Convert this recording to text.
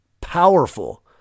powerful